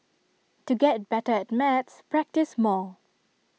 to get better at maths practise more